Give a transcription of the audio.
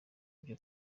byo